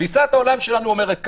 תפיסת העולם שלנו אומרת ככה: